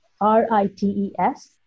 R-I-T-E-S